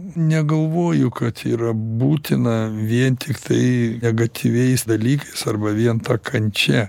negalvoju kad yra būtina vien tiktai negatyviais dalykais arba vien ta kančia